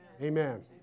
Amen